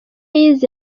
yize